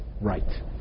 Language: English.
right